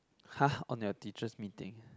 !huh! on your teacher's meeting